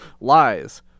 Lies